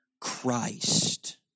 Christ